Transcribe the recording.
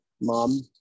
mom